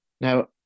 Now